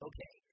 Okay